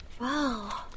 Wow